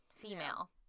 female